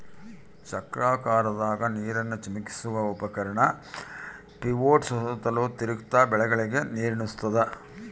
ಚಕ್ರಾಕಾರದಾಗ ನೀರನ್ನು ಚಿಮುಕಿಸುವ ಉಪಕರಣ ಪಿವೋಟ್ಸು ಸುತ್ತಲೂ ತಿರುಗ್ತ ಬೆಳೆಗಳಿಗೆ ನೀರುಣಸ್ತಾದ